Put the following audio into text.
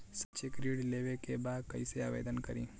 शैक्षिक ऋण लेवे के बा कईसे आवेदन करी?